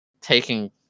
taking